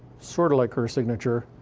sort of like her signature,